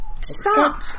Stop